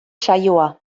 saioa